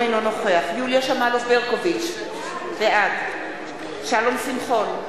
אינו נוכח יוליה שמאלוב-ברקוביץ, בעד שלום שמחון,